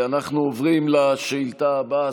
ואנחנו עוברים לשאילתה הבאה.